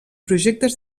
projectes